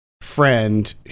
friend